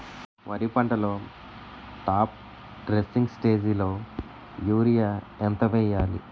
వరి పంటలో top dressing స్టేజిలో యూరియా ఎంత వెయ్యాలి?